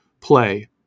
play